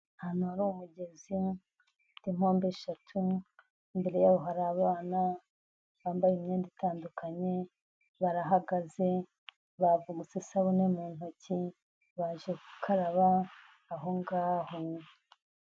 Ahantu hari umugezi ufite impombo eshatu, imbere yawo hari abana bambaye imyenda itandukanye, barahagaze bavuguse isabune mu ntoki, baje gukaraba aho ngaho.